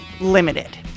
limited